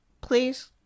Please